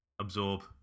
absorb